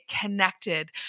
connected